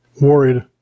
worried